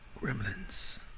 Gremlins